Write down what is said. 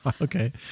Okay